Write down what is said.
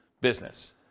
business